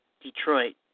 Detroit